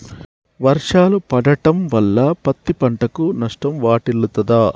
వర్షాలు పడటం వల్ల పత్తి పంటకు నష్టం వాటిల్లుతదా?